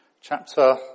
chapter